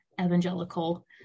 evangelical